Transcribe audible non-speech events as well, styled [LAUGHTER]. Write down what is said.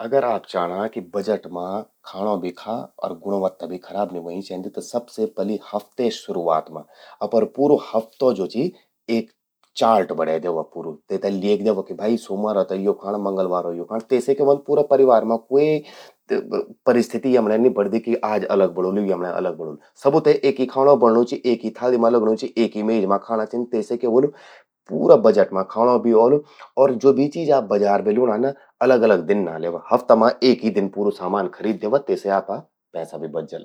अगर आप चाणा कि बजट मां खाणों भी खा अर गुणवत्ता भी खराब नि ह्वोंयीं चेंदि। त सबसे पलि हफ्ते शुरुआत मां अपरु पूरू हफ्तो ज्वो चि एक चार्ज बणें द्यावा पूरू। तेते ल्खेय द्यावा कि भई सोमवारो ते यो खाण, मंगलवारो यो खाण तेसे क्या ह्वंद कि पूरा परिवार में क्वे [HESITATION] परिस्थिति यमण्यें नि बणदि कि आज अलग बणौलु यमण्ये अलग बणौलु। सभु ते एक ही खाणौं बणणूं चि, एक ही थाली मां लगणूं चि, एक ही मेज मां खाणा छिन। तेसे क्या ह्वोलु पूरा बजट मां खाणों भी औलू और ज्वो भी चीज आप बजार बे ल्योंणां ना, अलग अलग दिन ना ल्यावा। हफ्ता मां एक दिन पूरू सामान खरीद द्यावा तेसे पा पैसा भी बची जला।